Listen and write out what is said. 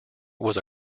was